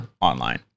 online